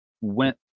went